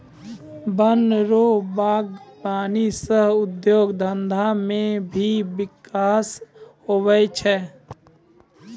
वन रो वागबानी सह उद्योग धंधा मे भी बिकास हुवै छै